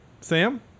Sam